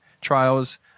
trials